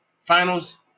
finals